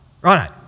Right